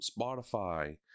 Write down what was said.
Spotify